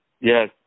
Yes